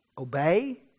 obey